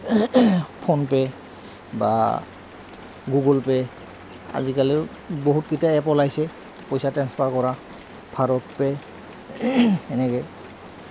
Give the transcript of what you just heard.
phone pay বা Google Pay আজিকালিও বহুতকেইটা এপ ওলাইছে পইচা ট্ৰেঞ্চফাৰ কৰা ভাৰত পে' এনেকে